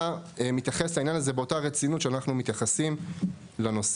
מתייחס לעניין הזה באותה רצינות שאנחנו מתייחסים לנושא.